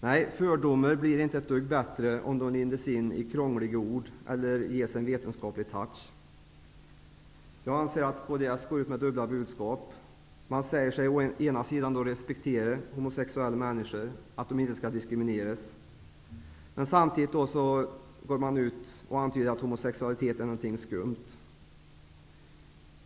Nej, fördomar blir inte ett dugg bättre av att lindas in i krångliga ord eller av att ges en vetenskaplig touch. Jag anser att kds går ut med dubbla budskap. Man säger å ena sidan att man respekterar homosexuella människor och att de inte skall diskrimineras, men antyder å andra sidan att homosexualitet är något skumt.